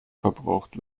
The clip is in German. verbraucht